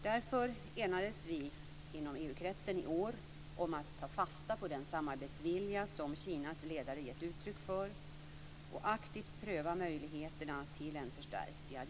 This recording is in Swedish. Därför enades vi inom EU-kretsen i år om att ta fasta på den samarbetsvilja som Kinas ledare gett uttryck för och aktivt pröva möjligheterna till en förstärkt dialog.